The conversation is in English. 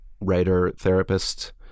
writer-therapist